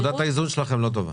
נקודת האיזון שלכם לא טובה.